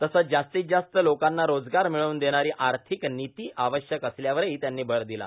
तसंच जास्तीत जास्त लोकांना रोजगार मिळवून देणारी आर्थिक निती आवश्यक असण्यावरही त्यांनी भर दिला